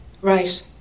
Right